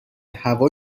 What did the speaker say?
هوا